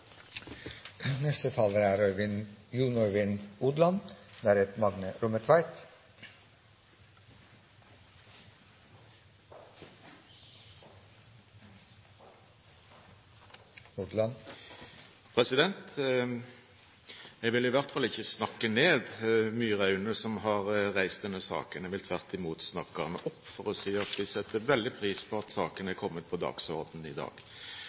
Jeg vil i hvert fall ikke snakke ned Myraune, som har reist denne saken, jeg vil tvert imot snakke ham opp for å si at vi setter veldig pris på at saken har kommet på dagsordenen i dag.